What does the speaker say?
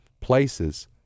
places